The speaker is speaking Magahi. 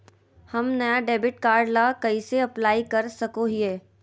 हम नया डेबिट कार्ड ला कइसे अप्लाई कर सको हियै?